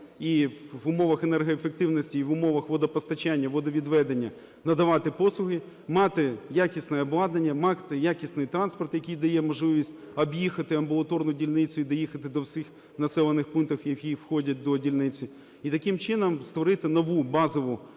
і в умовах енергоефективності, і в умовах водопостачання, водовідведення надавати послуги, мати якісне обладнання, мати якісний транспорт, який дає можливість об'їхати амбулаторну дільницю і доїхати до всіх населених пунктів, які входять до дільниці, і таким чином створити нову базову систему,